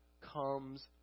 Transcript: comes